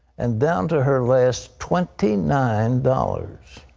and down to her last twenty nine dollars.